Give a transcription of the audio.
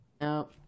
No